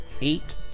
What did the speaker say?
eight